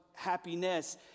Happiness